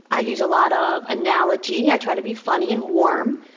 i use a lot of analogy, i try to be funny and warm,